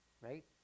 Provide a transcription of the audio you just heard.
Right